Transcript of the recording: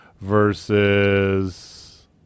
versus